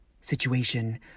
situation